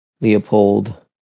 Leopold